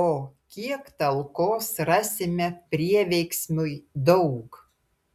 o kiek talkos rasime prieveiksmiui daug